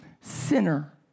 sinner